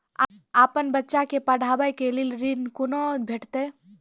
अपन बच्चा के पढाबै के लेल ऋण कुना भेंटते?